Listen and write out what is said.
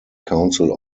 council